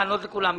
לענות לכולם יחד.